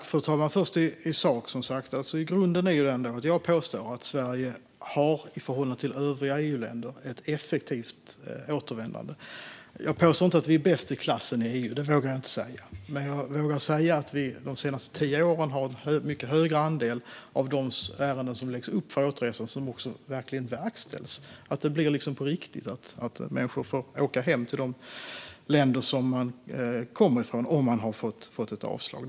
Fru talman! I sakfrågan påstår jag att Sverige i förhållande till övriga EU-länder har ett effektivt återvändande. Jag påstår inte att vi är bäst i klassen i EU; det vågar jag inte säga. Men jag vågar säga att vi de senaste tio åren haft en mycket högre andel av ärenden som läggs upp för återresa som också verkställs och att människor på riktigt får åka hem till de länder som de kommer ifrån om de har fått ett avslag.